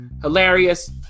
Hilarious